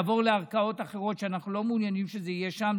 ויעבור לערכאות אחרות שאנחנו לא מעוניינים שזה יהיה שם.